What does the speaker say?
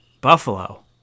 Buffalo